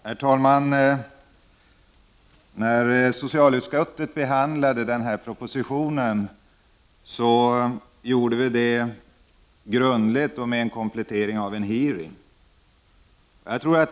Herr talman! När vi i socialutskottet behandlade propositionen gjorde vi det grundligt och med komplettering av en hearing.